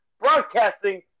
broadcasting